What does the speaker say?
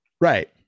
right